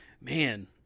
man